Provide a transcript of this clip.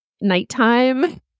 nighttime